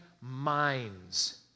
minds